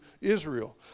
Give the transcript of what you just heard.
Israel